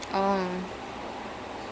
it's a actual disorder thing